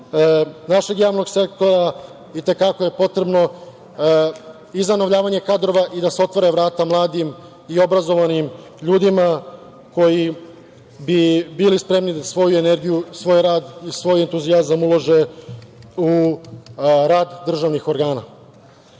našeg javnog sektora i te kako je potrebno i zanavljanje kadrova i da se otvore vrata mladim i obrazovanim ljudima koji bi bili spremni da svoju energiju, svoj rad i svoj entuzijazam ulože u rad državnih organa. Takođe,